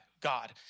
God